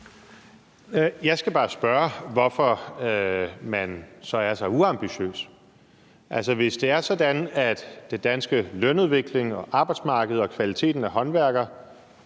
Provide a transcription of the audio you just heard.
Jeg skal bare spørge, hvorfor man så er så uambitiøs. Hvis det er sådan, at den danske lønudvikling, det danske arbejdsmarked og kvaliteten af håndværkerjobs